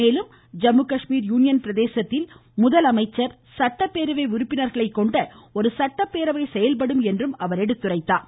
மேலும் ஜம்மு காஷ்மீர் யூனியன் பிரதேசத்தில் முதலமைச்சர் சட்டப்பேரவை உறுப்பினர்களை கொண்ட ஒரு சட்டப்பேரவை செயல்படும் என்றும் குறிப்பிட்டார்